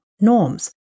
norms